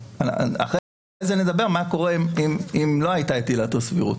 אחרי כן נדבר על מה קורה אם לא הייתה את עילת הסבירות.